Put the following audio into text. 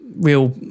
real